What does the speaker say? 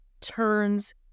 turns